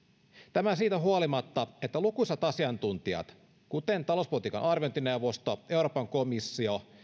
tämä siitä huolimatta että lukuisat asiantuntijat kuten talouspolitiikan arviointineuvosto euroopan komissio